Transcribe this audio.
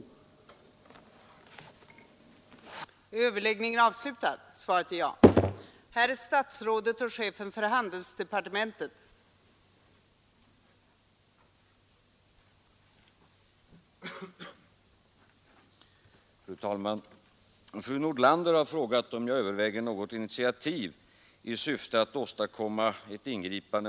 försök att kringgå prisstoppet